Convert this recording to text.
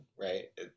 right